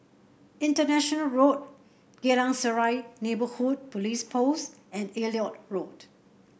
International Road Geylang Serai Neighbourhood Police Post and Elliot Road